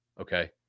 Okay